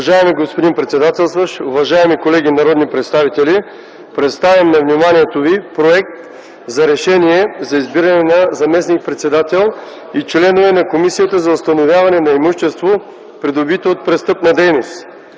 Уважаеми господин председателстващ, уважаеми колеги народни представители! Представям на вниманието ви проект за Решение за избиране на заместник-председател и членове на Комисията за установяване на имущество, придобито от престъпна дейност.